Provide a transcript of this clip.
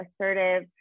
assertive